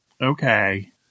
okay